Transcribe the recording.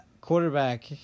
quarterback